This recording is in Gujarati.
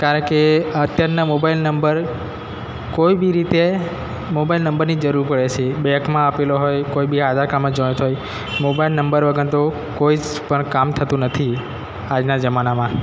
કારણ કે અત્યારના મોબાઇલ નંબર કોઈ બી રીતે મોબાઇલ નંબરની જરૂર પડે છે બેંકમાં આપેલો હોય કોઈ બી આધાર કાર્ડમાં જોઇન્ટ હોય મોબાઇલ નંબર વગર તો કોઈ જ પણ કામ થતું નથી આજના જમાનામાં